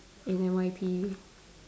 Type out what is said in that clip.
in N_Y_P